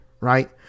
right